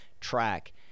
track